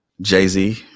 Jay-Z